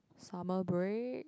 summer break